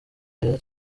gereza